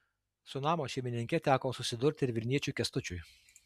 su namo šeimininke teko susidurti ir vilniečiui kęstučiui